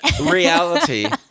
reality